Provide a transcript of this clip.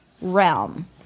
realm